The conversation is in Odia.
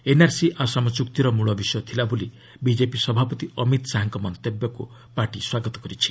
ଏନ୍ଆର୍ସି ଆସାମ୍ ଚୁକ୍ତିର ମୂଳ ବିଷୟ ଥିଲା ବୋଲି ବିଜେପି ସଭାପତି ଅମିତ ଶାହାଙ୍କ ମନ୍ତବ୍ୟକୁ ପାର୍ଟି ସ୍ୱାଗତ କରିଛି